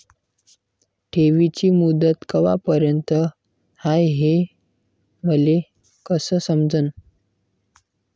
ठेवीची मुदत कवापर्यंत हाय हे मले कस समजन?